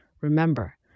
Remember